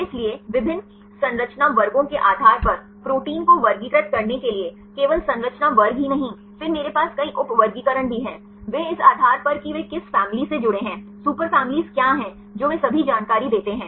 इसलिए विभिन्न संरचना वर्गों के आधार पर प्रोटीन को वर्गीकृत करने के लिए केवल संरचना वर्ग ही नहीं फिर मेरे पास कई उप वर्गीकरण भी हैं वे इस आधार पर कि वे किस फॅमिली से जुड़े हैं सुपरफैमिलीज़ क्या हैं जो वे सभी जानकारी देते हैं